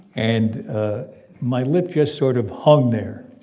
and my lip just sort of hung there.